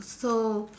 so